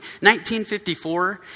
1954